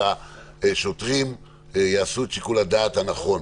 ושהשוטרים יעשו את שיקול הדעת הנכון.